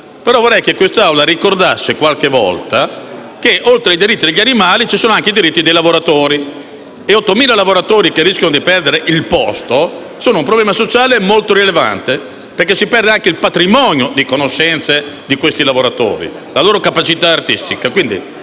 però vorrei che questa Assemblea ricordasse qualche volta che, oltre ai diritti degli animali, ci sono anche i diritti dei lavoratori: 8.000 lavoratori che rischiano di perdere il posto sono un problema sociale molto rilevante, perché si perde anche il patrimonio di conoscenze di questi lavoratori e la loro capacità artistica.